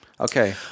Okay